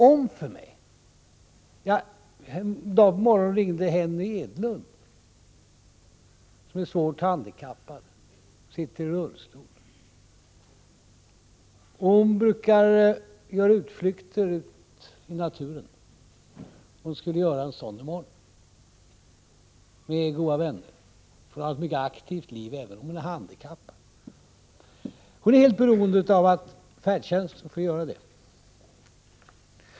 I dag på morgonen ringde Henny Edlund, som är svårt handikappad och sitter i rullstol. Hon brukar göra utflykter i naturen. Hon skulle göra en sådan utflykt i dag med goda vänner. Hon för ett mycket aktivt liv, även om hon är handikappad. Hon är helt beroende av färdtjänsten för att göra det.